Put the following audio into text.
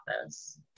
office